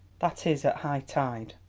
that is, at high tide.